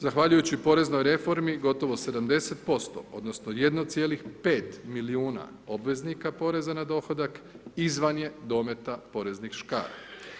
Zahvaljujući poreznoj reformi gotovo 70% odnosno 1,5 milijuna obveznika poreza na dohodak izvan je dometa poreznih škara.